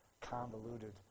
convoluted